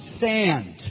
sand